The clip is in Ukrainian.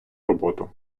роботу